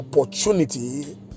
opportunity